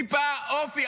טיפה אופי.